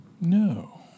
No